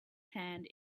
hand